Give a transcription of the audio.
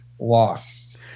lost